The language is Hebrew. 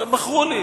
מכרו לך?